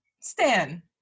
Stan